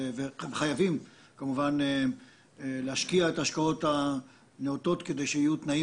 והם חייבים כמובן להשקיע את ההשקעות הנאותות כדי שיהיו תנאים